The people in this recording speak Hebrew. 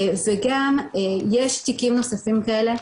וגם יש תיקים נוספים כאלה,